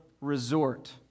resort